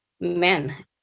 men